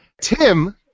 Tim